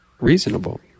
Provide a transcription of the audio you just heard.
reasonable